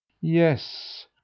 Yes